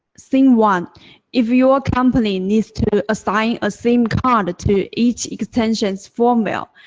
scene one if your company needs to assign a sim card to each extension's firmware,